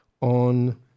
on